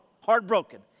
heartbroken